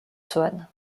swann